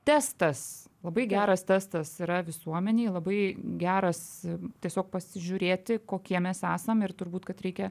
testas labai geras testas yra visuomenei labai geras tiesiog pasižiūrėti kokie mes esam ir turbūt kad reikia